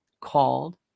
called